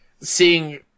seeing